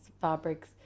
fabrics